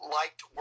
liked